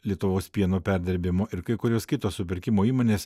lietuvos pieno perdirbimo ir kai kurios kitos supirkimo įmonės